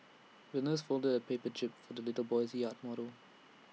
the nurse folded A paper jib for the little boy's yacht model